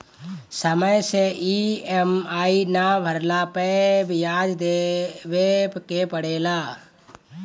समय से इ.एम.आई ना भरला पअ बियाज देवे के पड़ेला